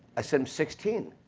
i said i'm sixteen.